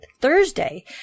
Thursday